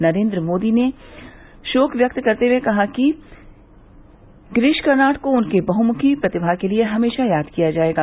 नरेन्द्र मोदी ने शोक व्यक्त करते हुए कहा कि गिरीश कर्नाड को उनके बहुमुखी प्रतिमा के लिए हमेशा याद किया जाएगा